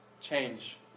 change